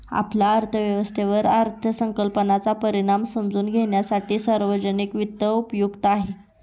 आपल्या अर्थव्यवस्थेवर अर्थसंकल्पाचा परिणाम समजून घेण्यासाठी सार्वजनिक वित्त उपयुक्त आहे